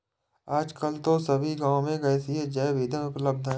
आजकल तो सभी गांव में गैसीय जैव ईंधन उपलब्ध है